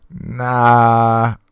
nah